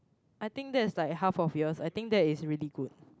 I think that is like half a year I think that is really good